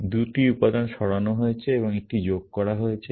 দুটি উপাদান সরানো হয়েছে এবং একটি যোগ করা হয়েছে